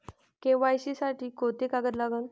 KYC साठी कोंते कागद लागन?